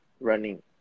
running